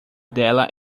dela